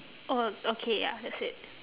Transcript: oh okay ya that's it